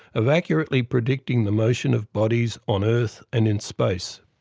of accurately predicting the motion of bodies on earth and in space.